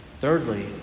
Thirdly